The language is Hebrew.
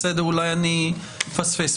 אולי אני מפספס.